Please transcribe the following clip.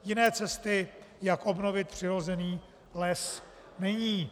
Jiné cesty, jak obnovit přirozený les, není.